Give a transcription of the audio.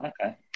Okay